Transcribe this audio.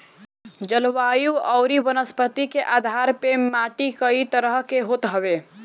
जलवायु अउरी वनस्पति के आधार पअ माटी कई तरह के होत हवे